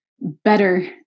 better